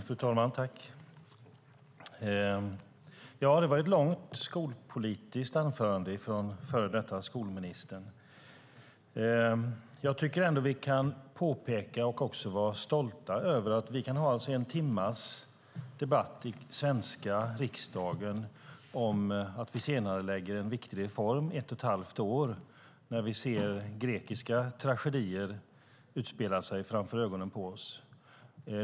Fru talman! Det var ett långt skolpolitiskt anförande från före detta skolministern. Jag tycker att vi kan peka på och vara stolta över att vi i den svenska riksdagen kan ha en timmes debatt om att senarelägga en viktig reform i ett och ett halvt år. Samtidigt ser vi ju grekiska tragedier utspelas inför våra ögon.